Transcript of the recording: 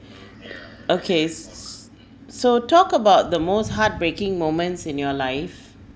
okay s~ s~ so talk about the most heartbreaking moments in your life